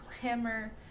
glamour